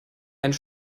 einen